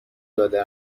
داده